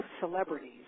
celebrities